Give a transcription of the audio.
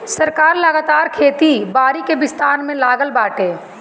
सरकार लगातार खेती बारी के विस्तार में लागल बाटे